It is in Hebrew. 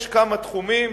יש כמה תחומים